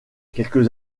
quelques